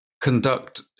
conduct